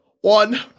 One